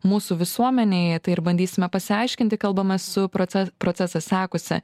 mūsų visuomenėje tai ir bandysime pasiaiškinti kalbamės su proces procesą sekusia